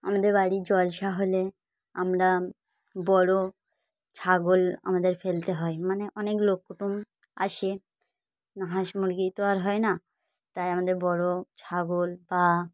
আমাদের বাড়ির জলসা হলে আমরা বড় ছাগল আমাদের ফেলতে হয় মানে অনেক লোক কুটুম্ব আসে হাঁস মুরগি তো আর হয় না তাই আমাদের বড় ছাগল বা